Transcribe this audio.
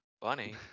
Bunny